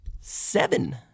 Seven